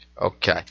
Okay